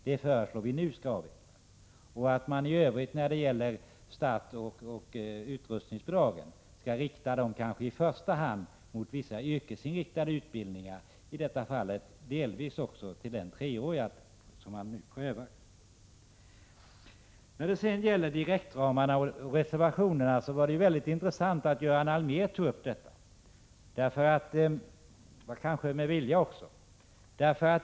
Nu föreslår vi att det skall avvecklas och att man skall rikta startoch utrustningsbidragen i första hand mot vissa yrkesinriktade utbildningar, delvis också till den treåriga som man nu prövar. Det var intressant att Göran Allmér tog upp direktramarna och reservationerna, och det var kanske också med vilja.